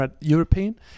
european